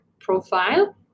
profile